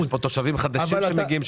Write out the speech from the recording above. אבל יש פה תושבים חדשים שמגיעים,